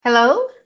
Hello